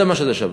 זה מה שזה שווה.